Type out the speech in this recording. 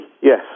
yes